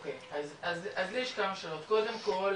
לי יש כמה שאלות, קודם כל,